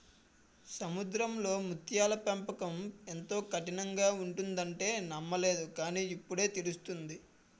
సముద్రంలో ముత్యాల పెంపకం ఎంతో కఠినంగా ఉంటుందంటే నమ్మలేదు కాని, ఇప్పుడే తెలిసింది